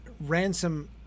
Ransom